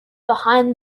behind